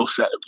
set